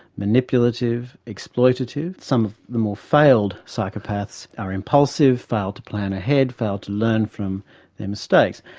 manipulative, exploitative, some of the more failed psychopaths are impulsive, fail to plan ahead, fail to learn from their mistakes.